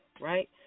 right